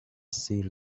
سیر